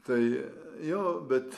tai jo bet